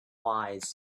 wise